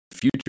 future